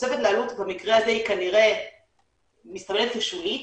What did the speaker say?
התוספת לעלות במקרה הזה היא כנראה מסתמנת כשולית